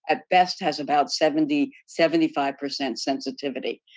at best, has about seventy seventy five sensitivity.